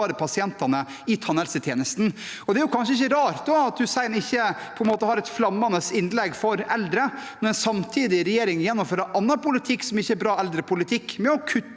pasientene i tannhelsetjenesten. Det er kanskje ikke så rart at Hussein ikke har et flammende innlegg for eldre, når en samtidig i regjering gjennomfører annen politikk som ikke er bra eldrepolitikk, f.eks. ved å kutte